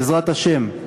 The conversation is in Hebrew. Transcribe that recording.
בעזרת השם,